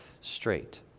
straight